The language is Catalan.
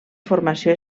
formació